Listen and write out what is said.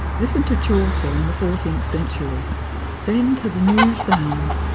listen to chaucer in the fourteenth century then to the new sound.